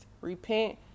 repent